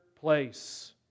place